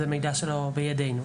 זה מידע שלא בידנו.